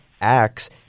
acts